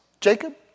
Jacob